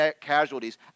casualties